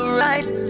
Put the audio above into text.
right